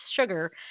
sugar